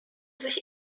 sich